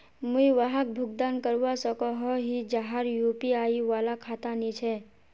मुई वहाक भुगतान करवा सकोहो ही जहार यु.पी.आई वाला खाता नी छे?